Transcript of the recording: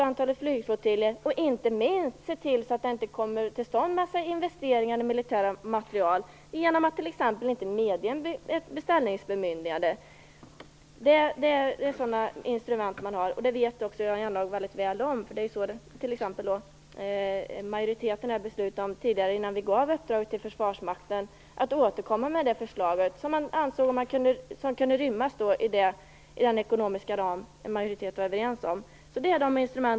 Inte minst måste man se till att det inte kommer till stånd investeringar i militära materiel genom att inte medge ett beställningsbemyndigande. Det är sådana instrument som man har, och det vet också Jan Jennehag väldigt väl. Det är ju så det går till. Majoriteten beslutade tidigare - innan uppdraget gavs till Försvarsmakten - att återkomma med ett förslag som kunde rymmas inom den ekonomiska ram som majoriteten var överens om.